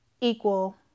Equal